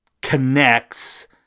connects